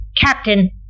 Captain